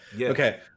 okay